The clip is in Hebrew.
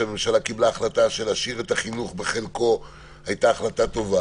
ההחלטה שהממשלה קיבלה להשאיר את החינוך בחלקו הייתה החלטה טובה,